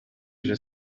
ejo